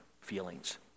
feelings